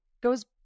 goes